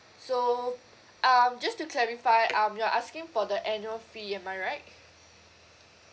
so um just to clarify um you're asking for the annual fee am I right